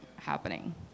happening